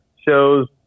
shows